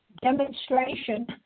demonstration